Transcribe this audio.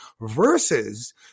versus